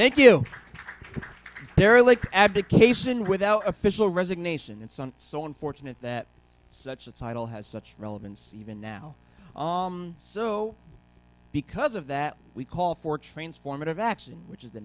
thank you they're like abdication without official resignation and so on so unfortunate that such a title has such relevance even now because of that we call for transformative action which is the